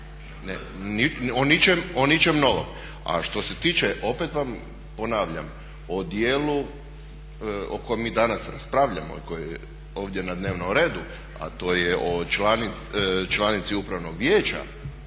bilo, o ničem novom. A što se tiče, opet vam ponavljam o djelu o kojem mi danas raspravljamo i koje je ovdje na dnevnom redu a to je o članici upravnog vijeća